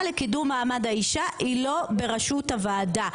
לקידום מעמד האישה היא לא בראשות הוועדה.